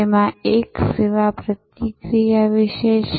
જેમાં એક સેવા પ્રક્રિયા વિશે છે